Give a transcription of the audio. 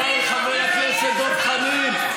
חברי חבר הכנסת דב חנין,